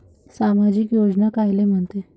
सामाजिक योजना कायले म्हंते?